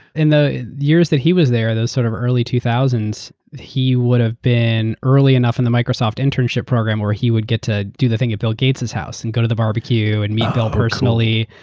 in the years that he was there, those sort of early two thousand s, he would have been early enough in the microsoft internship program where he would get to do the thing at bill gates's house. and go to the barbecue and meet bill personally.